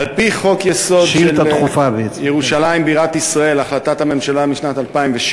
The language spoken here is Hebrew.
על-פי חוק-יסוד: ירושלים בירת ישראל והחלטת הממשלה משנת 2007,